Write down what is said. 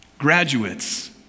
graduates